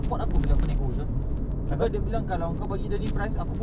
aku hoping this one hour yang trial ni